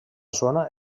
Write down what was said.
zona